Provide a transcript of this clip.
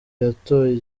yatoye